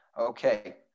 Okay